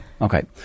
Okay